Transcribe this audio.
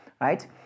right